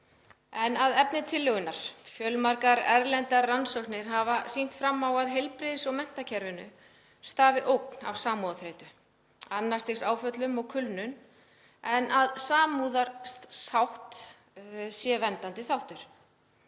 En að efni tillögunnar. Fjölmargar erlendar rannsóknir hafa sýnt fram á að heilbrigðis- og menntakerfinu stafi ógn af samkenndarþreytu, annars stigs áföllum og kulnun en að samkenndarsátt sé verndandi þáttur.